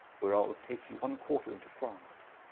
whereof, take you one quarter into france,